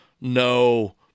no